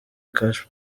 cash